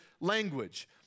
language